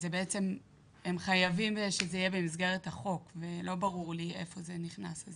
בעצם הם חייבים שזה יהיה במסגרת החוק ולא ברור לי איפה זה נכנס,